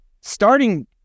starting